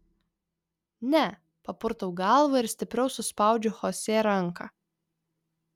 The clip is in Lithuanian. ne papurtau galvą ir stipriau suspaudžiu chosė ranką